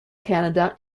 canada